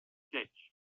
ditch